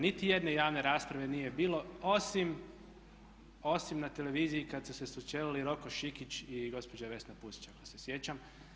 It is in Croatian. Niti jedne javne rasprave nije bilo osim na televiziji kad su se sučelili Roko Šikić i gospođa Vesna Pusić ako se sjećam.